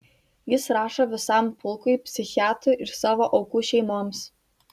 jis rašo visam pulkui psichiatrų ir savo aukų šeimoms